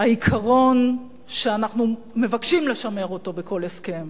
העיקרון שאנחנו מבקשים לשמר אותו בכל הסכם